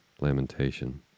lamentation